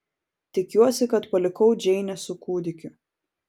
tikiuosi kad palikau džeinę su kūdikiu